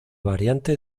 variante